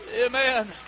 Amen